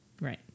Right